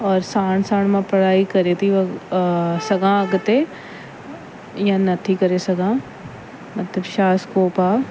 और साण साण मां पढ़ाई करे थी सघां अॻिते या नथी करे सघां मतिलबु छा स्कोप आहे